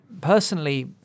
personally